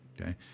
okay